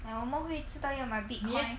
ya 我们会知道要买 bitcoin